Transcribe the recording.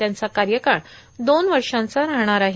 त्यांचा कार्यकाळ दोन वर्षाचा राहणार आहे